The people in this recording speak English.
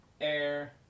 air